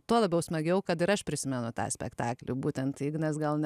tuo labiau smagiau kad ir aš prisimenu tą spektaklį būtent ignas gal ne